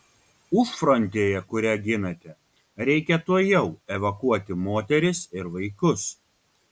užfrontėje kurią ginate reikia tuojau evakuoti moteris ir vaikus